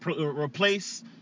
replace